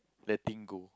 letting go